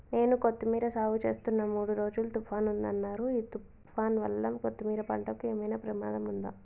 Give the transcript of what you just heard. నేను కొత్తిమీర సాగుచేస్తున్న మూడు రోజులు తుఫాన్ ఉందన్నరు ఈ తుఫాన్ వల్ల కొత్తిమీర పంటకు ఏమైనా ప్రమాదం ఉందా?